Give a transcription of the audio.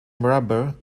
rubber